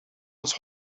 ons